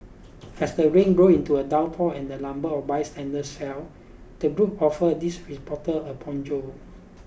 as the rain grew into a downpour and the number of bystanders swelled the group offered this reporter a poncho